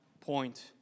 point